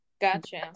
Gotcha